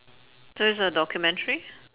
so it's a documentary